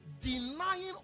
denying